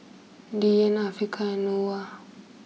Dian Afiqah and Noah